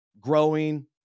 growing